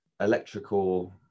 Electrical